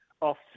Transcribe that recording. off